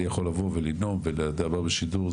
אני יכול לבוא ולנאום ולדבר בשידור,